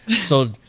so-